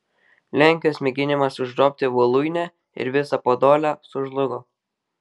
lenkijos mėginimas užgrobti voluinę ir visą podolę sužlugo